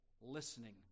listening